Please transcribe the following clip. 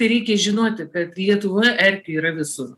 reikia žinoti kad lietuvoje erkių yra visur